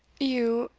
you,